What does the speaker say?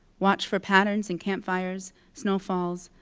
watch for patterns and campfires, snowfalls.